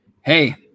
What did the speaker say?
Hey